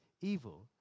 evil